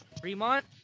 Fremont